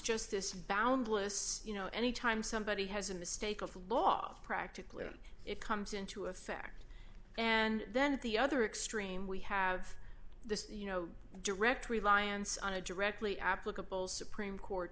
just this boundless you know any time somebody has a mistake of law practically it comes into effect and then at the other extreme we have this you know direct reliance on a directly applicable supreme court